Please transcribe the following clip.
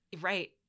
right